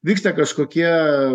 vyksta kažkokie